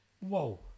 Whoa